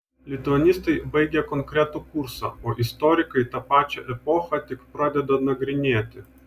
lituanistai baigia konkretų kursą o istorikai tą pačią epochą tik pradeda nagrinėti